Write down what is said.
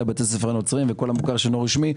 בתי הספר הנוצריים וכל המוכר שאינו רשמי.